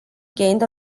gained